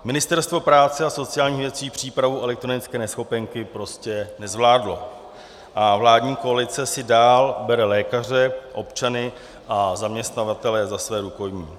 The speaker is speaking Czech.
Ministerstvo práce a sociálních věcí přípravu elektronické neschopenky prostě nezvládlo a vládní koalice si dál bere lékaře, občany a zaměstnavatele za svá rukojmí.